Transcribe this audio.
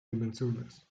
dimensiones